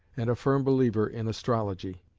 and a firm believer in astrology.